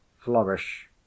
Flourish